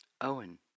Owen